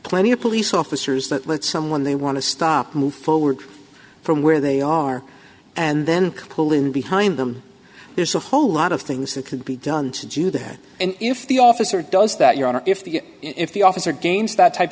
plenty of police officers that let someone they want to stop move forward from where they are and then pulling behind them there's a whole lot of things that could be done to do that and if the officer does that your honor if the if the officer gains that type